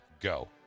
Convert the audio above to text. Go